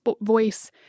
voice